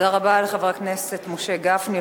תודה רבה לחבר הכנסת משה גפני,